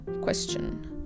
question